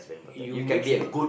you mix around